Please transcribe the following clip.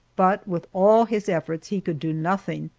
but with all his efforts he could do nothing,